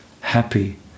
happy